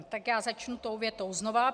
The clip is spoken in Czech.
Tak já začnu tou větou znova.